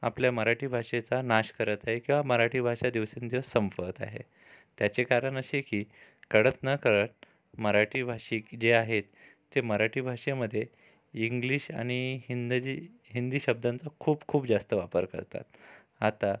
आपल्या मराठी भाषेचा नाश करत आहे किंवा मराठी भाषा दिवसेंदिवस संपवत आहे त्याचे कारण असे की कळत नकळत मराठी भाषिक जे आहेत ते मराठी भाषेमध्ये इंग्लिश आणि हिंद जी हिंदी शब्दांचा खूप खूप जास्त वापर करतात आता